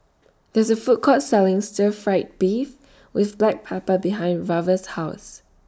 There IS A Food Court Selling Stir Fry Beef with Black Pepper behind Reva's House